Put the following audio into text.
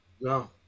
no